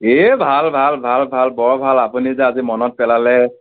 এই ভাল ভাল ভাল ভাল বৰ ভাল আপুনি যে আজি মনত পেলালে